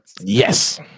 Yes